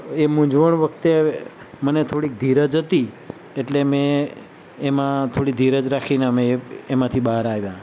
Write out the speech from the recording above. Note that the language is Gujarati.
એ મુંજવણ વખતે મને થોડીક ધીરજ હતી એટલે મેં એમાં થોડી ધીરજ રાખીને અમે એમાંથી બહાર આવ્યા